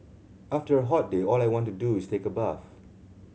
after a hot day all I want to do is take a bath